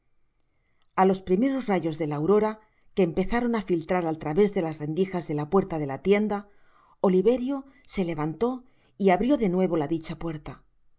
a los primeros rayos de la aurora que empezaron á filtrar al través de las rendijas de la puerta de la tienda oliverio se levantó y abrió de nuevo la dicha puerta